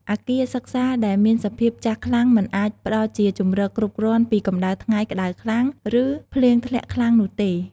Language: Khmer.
អគារសិក្សាដែលមានសភាពចាស់ខ្លាំងមិនអាចផ្តល់ជាជម្រកគ្រប់គ្រាន់ពីកម្ដៅថ្ងៃក្តៅខ្លាំង ឬភ្លៀងធ្លាក់ខ្លាំងនោះទេ។